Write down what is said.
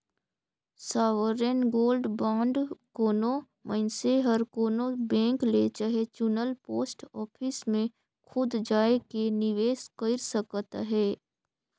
sovereign gold bond कोनो मइनसे हर कोनो बेंक ले चहे चुनल पोस्ट ऑफिस में खुद जाएके निवेस कइर सकत अहे